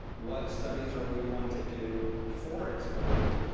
what studies are we going to do before it's moved?